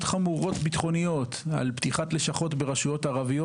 חמורות ביטחוניות על פתיחת לשכות ברשויות ערביות.